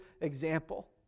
example